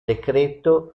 decreto